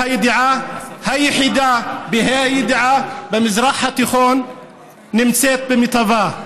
הידיעה ה-יחידה בה"א הידיעה במזרח התיכון אינה נמצאת במיטבה.